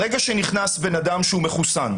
ברגע שנכנס בן אדם שהוא מחוסן,